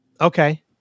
Okay